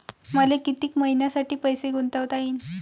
मले कितीक मईन्यासाठी पैसे गुंतवता येईन?